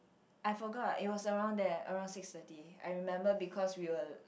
I forgot it was around there around six thirty I remember because we were